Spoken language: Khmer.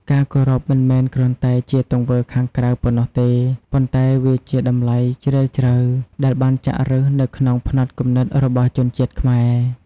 ការគោរពមិនមែនគ្រាន់តែជាទង្វើខាងក្រៅប៉ុណ្ណោះទេ ប៉ុន្តែវាជា តម្លៃជ្រាលជ្រៅ ដែលបានចាក់ឫសនៅក្នុងផ្នត់គំនិតរបស់ជនជាតិខ្មែរ។